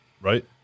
right